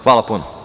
Hvala puno.